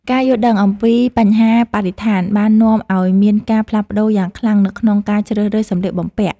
ការយល់ដឹងអំពីបញ្ហាបរិស្ថានបាននាំឱ្យមានការផ្លាស់ប្តូរយ៉ាងខ្លាំងនៅក្នុងការជ្រើសរើសសម្លៀកបំពាក់។